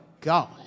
God